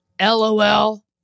LOL